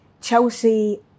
Chelsea